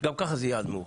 גם ככה זה יהיה עד מאוחר.